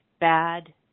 bad